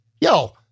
yo